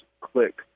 click